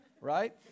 right